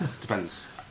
Depends